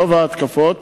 רוב ההתקפות